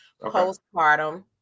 postpartum